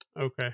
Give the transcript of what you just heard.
okay